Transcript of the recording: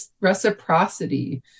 reciprocity